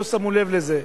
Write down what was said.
לא שמו לב לזה.